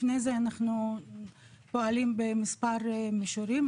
לפני זה אנחנו פועלים במספר מישורים,